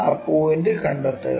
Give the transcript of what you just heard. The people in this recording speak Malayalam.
ആ പോയിന്റ് കണ്ടെത്തുക